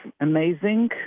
amazing